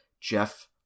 Jeff